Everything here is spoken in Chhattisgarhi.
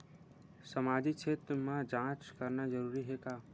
सामाजिक क्षेत्र म जांच करना जरूरी हे का?